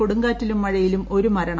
കൊടുങ്കാറ്റിലും മഴയിലും ഒരു മരണം